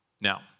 Now